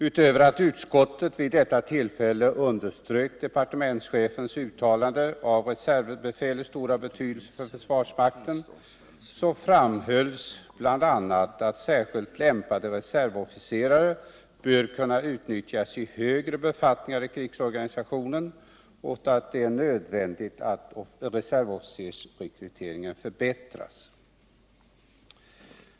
Utöver att utskottet vid det ullfället underströk departemenischefens uttalande om reservbefälets stora betydelse tör förvarsmakten framhölls bl.a. att särskilt klimpade reservofficerare bör kunna utnyttjas i högre befattningar i krigsorganisationen och att det är nödvändigt att reservofficersrekryteringen förbättras.